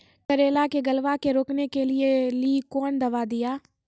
करेला के गलवा के रोकने के लिए ली कौन दवा दिया?